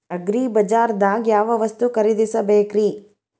ಅಗ್ರಿಬಜಾರ್ದಾಗ್ ಯಾವ ವಸ್ತು ಖರೇದಿಸಬೇಕ್ರಿ?